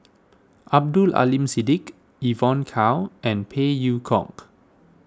Abdul Aleem Siddique Evon Kow and Phey Yew Kok